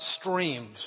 streams